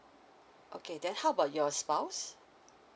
okay then how about your spouse